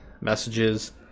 messages